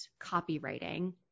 copywriting